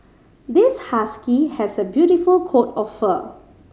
this husky has a beautiful coat of fur